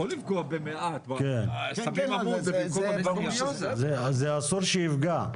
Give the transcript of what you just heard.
זה יכול לפגוע במעט --- זה אסור שיפגע.